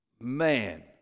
Man